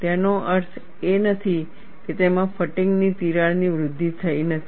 તેનો અર્થ એ નથી કે તેમાં ફટીગ ની તિરાડની વૃદ્ધિ થઈ નથી